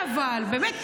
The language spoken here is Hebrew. אבל אל תפריע לי.